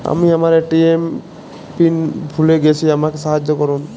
আমি আমার ATM pin ভুলে গেছি আমাকে সাহায্য করুন